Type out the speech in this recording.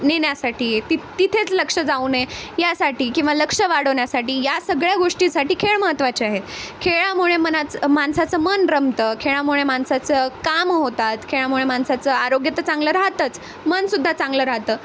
नेण्यासाठी ति तिथेच लक्ष जाऊ नये यासाठी किंवा लक्ष वाढवण्यासाठी या सगळ्या गोष्टीसाठी खेळ महत्त्वाचे आहे खेळामुळे मनाचं माणसाचं मन रमतं खेळामुळे माणसाचं कामं होतात खेळामुळे माणसाचं आरोग्य तर चांगलं राहतंच मनसुद्धा चांगलं राहतं